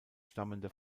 stammende